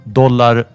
dollar